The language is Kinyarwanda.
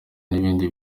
n’ibindi